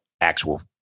actual